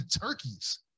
turkeys